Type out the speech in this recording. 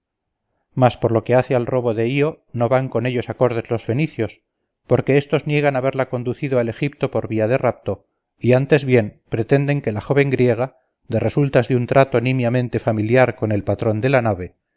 mas por lo que hace al robo de io no van con ellos acordes los fenicios porque éstos niegan haberla conducido al egipto por vía de rapto y antes bien pretenden que la joven griega de resultas de un trato nimiamente familiar con el patrón de la nave